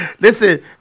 Listen